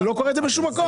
לא קורית בשום מקום.